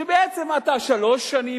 שבעצם אתה שלוש שנים,